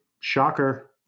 shocker